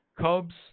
Cubs